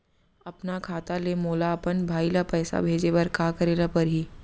अपन खाता ले मोला अपन भाई ल पइसा भेजे बर का करे ल परही?